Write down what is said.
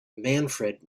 manfred